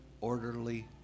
orderly